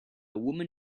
woman